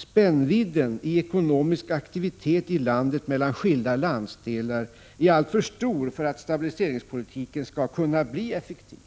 Spännvidden i ekonomisk aktivitet i landet mellan skilda landsdelar är alltför stor för att stabiliseringspolitiken skall kunna bli effektiv.